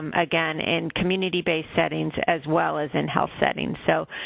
um again, in community-based settings as well as in health settings. so,